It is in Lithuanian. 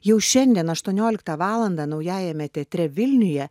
jau šiandien aštuonioliktą valandą naujajame teatre vilniuje